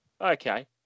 okay